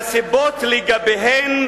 שהסיבות לגביהם,